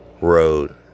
road